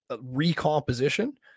recomposition